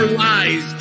lies